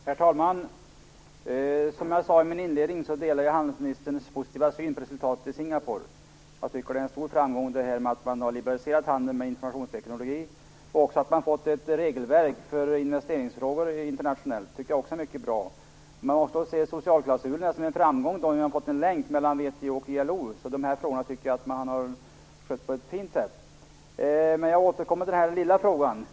Herr talman! Som jag sade i min inledning delar jag handelsministerns positiva syn på resultatet i Singapore. Jag tycker att det är en stor framgång att man har liberaliserat handeln med informationsteknik, och att man har fått ett internationellt regelverk för investeringsfrågor tycker jag också är mycket bra. Man måste se socialklausulerna som en framgång. Vi har fått en länk mellan VHO och ILO. De här frågorna tycker jag att man har skött på ett fint sätt. Jag återkommer till den lilla frågan.